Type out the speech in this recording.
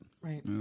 Right